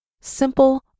Simple